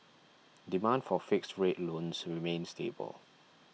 demand for fixed rate loans remains stable